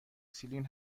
سیلین